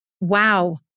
wow